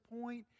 point